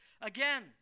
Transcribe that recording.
again